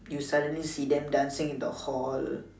you suddenly see them dancing in the hall